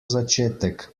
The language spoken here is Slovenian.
začetek